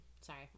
sorry